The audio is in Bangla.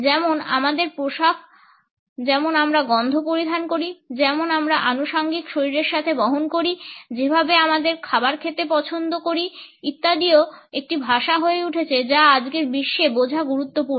যেমন আমাদের পোশাক যেমন আমরা গন্ধ পরিধান করি যেমন আমরা আমাদের আনুষাঙ্গিক শরীরের সাথে বহন করি যেভাবে আমরা আমাদের খাবার খেতে পছন্দ করি ইত্যাদিও একটি ভাষা হয়ে উঠেছে যা আজকের বিশ্বে বোঝা গুরুত্বপূর্ণ